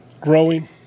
growing